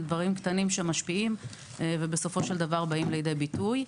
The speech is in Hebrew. דברים קטנים שמשפיעים ובסופו של דבר באים לידי ביטוי.